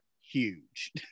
huge